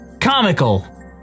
comical